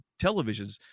televisions